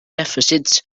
deficits